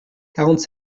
quarante